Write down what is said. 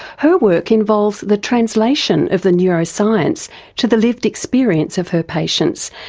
her work involves the translation of the neuroscience to the lived experience of her patients,